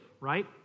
Right